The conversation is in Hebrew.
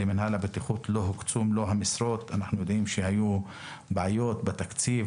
למינהל הבטיחות לא הוקצו מלוא המשרות." אנחנו יודעים שהיו בעיות בתקציב,